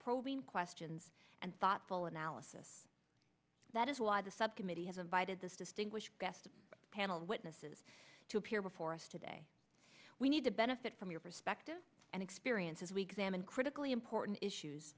probing questions and thoughtful analysis that is why the subcommittee has invited this distinguished guest panel witnesses to appear before us today we need to benefit from your perspective and experience as weak salmon critically important issues